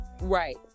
right